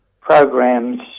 programs